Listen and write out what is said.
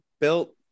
built